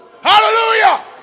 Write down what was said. Hallelujah